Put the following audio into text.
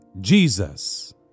Jesus